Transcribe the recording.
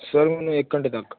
sir ਹੁਣ ਇੱਕ ਘੰਟੇ ਤੱਕ